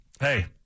Hey